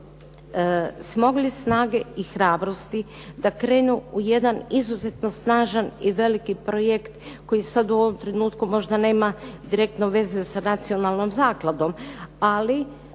smogli snage i hrabrosti da krenu u jedan izuzetno snažan i veliki projekt koji sad u ovom trenutku možda nema direktno veze sa nacionalnom zakladom, ali